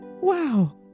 Wow